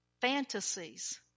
Fantasies